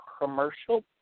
commercial